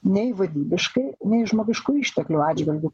nei vaidybiškai nei žmogiškųjų išteklių atžvilgiu